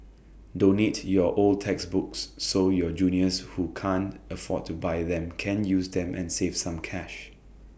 donate your old textbooks so your juniors who can't afford to buy them can use them and save some cash